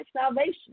salvation